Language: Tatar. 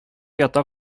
ята